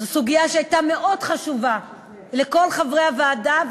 זאת סוגיה שהייתה מאוד חשובה לכל חברי הוועדה,